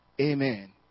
Amen